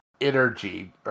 energy